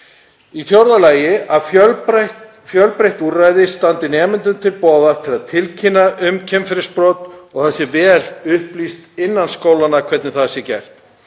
Í fjórða lagi að fjölbreytt úrræði standi nemendum til boða til að tilkynna um kynferðisbrot og það sé vel upplýst innan skólanna hvernig það sé gert.